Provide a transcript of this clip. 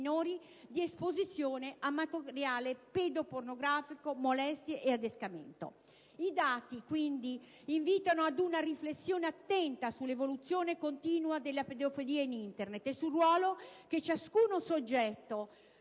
I dati quindi invitano ad una riflessione attenta sull'evoluzione continua della pedofilia in Internet e sul ruolo che ciascun soggetto